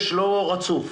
לא רצוף.